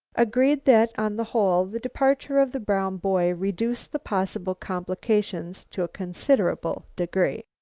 agreed that, on the whole, the departure of the brown boy reduced the possible complications to a considerable degree.